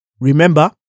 Remember